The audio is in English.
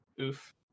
Oof